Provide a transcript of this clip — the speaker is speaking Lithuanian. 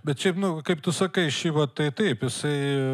bet šiaip nu kaip tu sakai šiva tai taip jisai